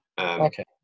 okay